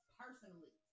personally